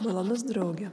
malonus drauge